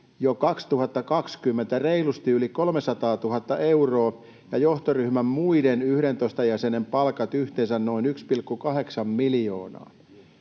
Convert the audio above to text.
jo 2020 reilusti yli 300 000 euroa ja johtoryhmän muiden 11 jäsenen palkat yhteensä noin 1,8 miljoonaa.